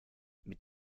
mit